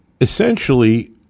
essentially